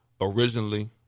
Originally